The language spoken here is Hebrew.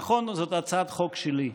נכון, זו הצעת חוק שלי.